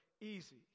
easy